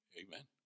Amen